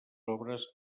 obres